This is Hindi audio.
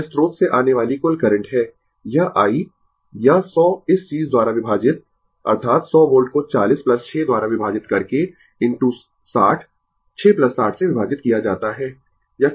यह स्रोत से आने वाली कुल करंट है यह i यह 100 इस चीज द्वारा विभाजित अर्थात 100 वोल्ट को 40 6 द्वारा विभाजित करके इनटू 60 6 60 से विभाजित किया जाता है